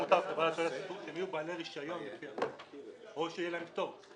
עמותה או חברה לתועלת הציבור" יהיו בעלי רישיון או שיהיה להם פטור.